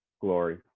glory